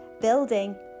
building